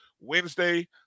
Wednesday